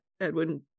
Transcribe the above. edwin